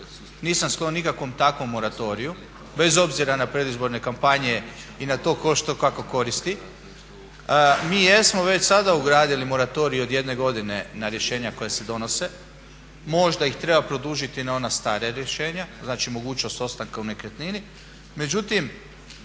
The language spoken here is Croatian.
nisam sklon nikakvom takvom moratoriju bez obzira na predizborne kampanje i na to tko što, kako koristi. Mi jesmo već sada ugradili moratorij od jedne godine na rješenja koja se donose. Možda ih treba produžiti na ona starija rješenja, znači mogućnost ostanka u nekretnini.